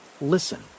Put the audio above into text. listen